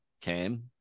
came